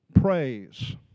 praise